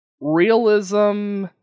realism